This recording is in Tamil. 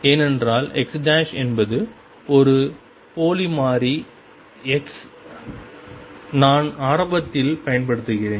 ஏனென்றால் x என்பது ஒரு போலி மாறி x நான் ஆரம்பத்தில் பயன்படுத்துகிறேன்